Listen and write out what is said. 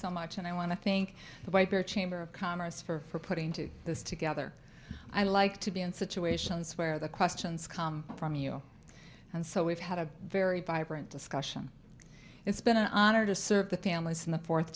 so much and i want to thank the viper chamber of commerce for putting into this together i like to be in situations where the questions come from you and so we've had a very vibrant discussion it's been an honor to serve the families in the fourth